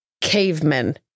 Cavemen